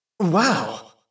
Wow